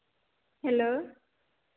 hello